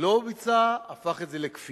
לא ביצע, הפך את זה לכפייה,